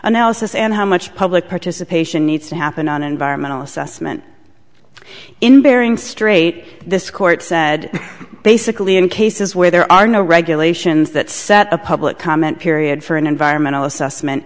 analysis and how much public participation needs to happen on environmental assessment in bering strait this court said basically in cases where there are no regulations that set a public comment period for an environmental assessment